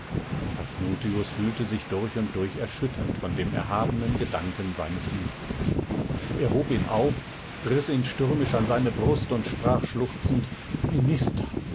paphnutius fühlte sich durch und durch erschüttert von dem erhabenen gedanken seines ministers er hob ihn auf riß ihn stürmisch an seine brust und sprach schluchzend minister